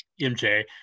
MJ